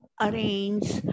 arrange